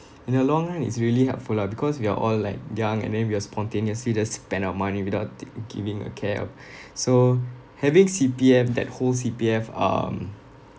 in the long run it's really helpful lah because we are all like young and then we are spontaneously just spend our money without ti~ giving a care um so having C_P_F that whole C_P_F um